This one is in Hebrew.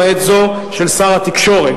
למעט זו של שר התקשורת.